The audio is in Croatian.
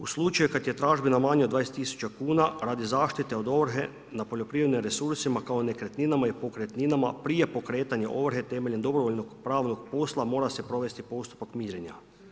U slučaju kad je tražbina manja od 20000 kuna radi zaštite od ovrhe na poljoprivrednim resursima kao nekretninama i pokretninama, prije pokretanja ovrhe temeljem dobrovoljnog pravnog posla mora se provesti postupak mirenja.